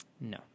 No